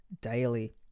daily